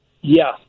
yes